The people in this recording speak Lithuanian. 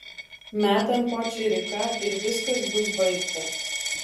metam po čiriką ir viskas bus baigta